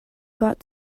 got